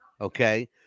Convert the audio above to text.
Okay